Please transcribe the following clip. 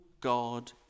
God